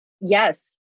Yes